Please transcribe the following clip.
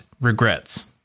regrets